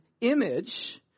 image